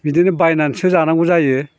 बिदिनो बायनानैसो जानांगौ जायो